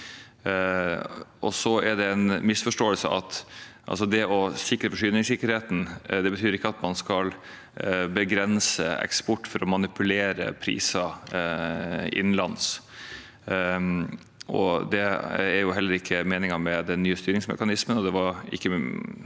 og vi har det nå. Det å sikre forsyningssikkerheten betyr ikke at man skal begrense eksport for å manipulere priser innenlands, og det er heller ikke meningen med den nye styringsmekanismen.